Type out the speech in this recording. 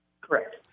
Correct